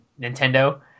Nintendo